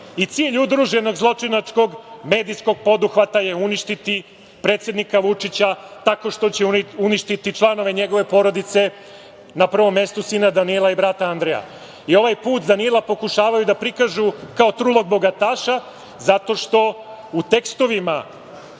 Cilj udruženog zločinačkog medijskog poduhvata je uništiti predsednika Vučića tako što će uništiti članove njegove porodice, na prvom mestu sina Danila i brata Andreja. Ovaj put Danila pokušavaju da prikažu kao trulog bogataša zato što u tekstovima